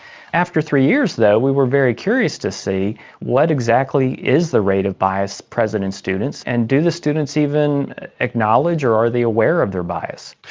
after three years though we were very curious to see what exactly is the rate of bias present in students and do the students even acknowledge or are they aware of their bias.